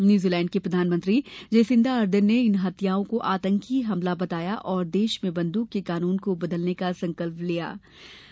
New Zealand की प्रधानमंत्री Jacinda Ardern ने इन हत्याओं को आतंकी हमला बताया और देश में बंदूक के कानून को बदलने का संकल्प व्यक्त किया